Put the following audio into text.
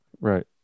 right